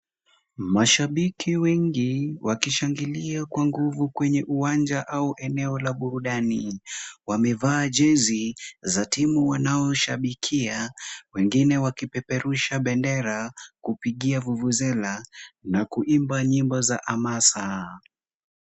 Mashabiki wengi wakishangilia kwa nguvu kwenye uwanja au eneo la burudani. Wamevaa jezi za timu wanazo shabikia, wengine wakipeperusha bendera, kupigia vuvuzela na kuimba nyimbo za hamasa.